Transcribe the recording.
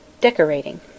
Decorating